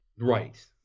Right